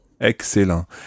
Excellent